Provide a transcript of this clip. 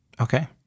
Okay